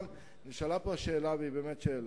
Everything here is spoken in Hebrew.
אבל, נשאלה פה שאלה, והיא באמת שאלה: